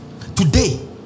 Today